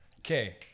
Okay